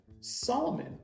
Solomon